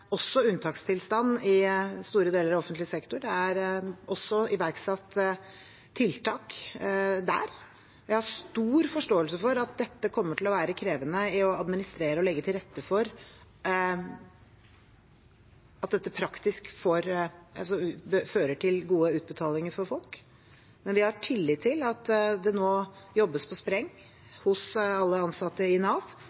også iverksatt tiltak der. Jeg har stor forståelse for at dette kommer til å være krevende å administrere og praktisk legge til rette for, slik at det fører til gode utbetalinger for folk. Vi har tillit til at det nå jobbes på